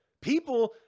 People